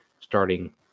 Starting